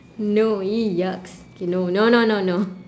no !ee! yucks okay no no no no no